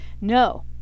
no